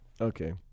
Okay